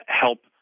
help